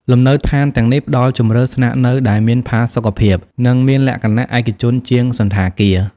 លំនៅឋានទាំងនេះផ្តល់ជម្រើសស្នាក់នៅដែលមានផាសុកភាព និងមានលក្ខណៈឯកជនជាងសណ្ឋាគារ។